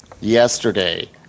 yesterday